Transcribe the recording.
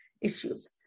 issues